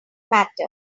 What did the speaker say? matter